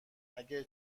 اگه